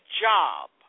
job